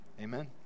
Amen